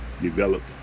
developed